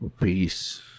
Peace